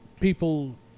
people